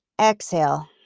Exhale